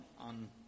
on